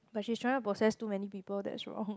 but she's trying to possess too many people that's wrong